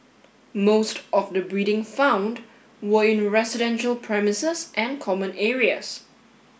most of the breeding found were in residential premises and common areas